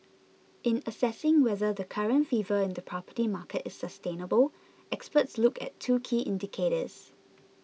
in assessing whether the current fever in the property market is sustainable experts look at two key indicators